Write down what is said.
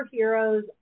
superheroes